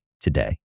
today